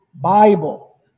Bible